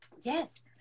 yes